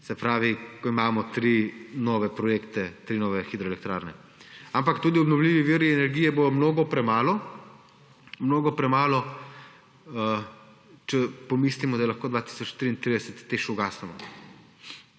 Se pravi, da imamo tri nove projekte, tri nove hidroelektrarne. Ampak tudi obnovljivi viri energije bodo mnogo premalo. Če pomislimo, da lahko 2033 TEŠ ugasnemo,